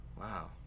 Wow